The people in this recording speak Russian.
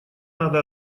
надо